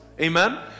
amen